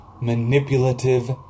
Manipulative